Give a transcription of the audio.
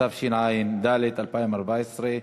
התשע"ד 2014,